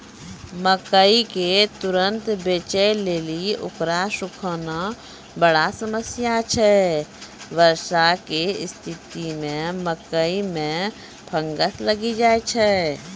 मकई के तुरन्त बेचे लेली उकरा सुखाना बड़ा समस्या छैय वर्षा के स्तिथि मे मकई मे फंगस लागि जाय छैय?